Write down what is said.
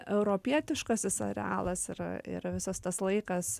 europietiškasis arealas yra ir visas tas laikas